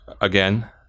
again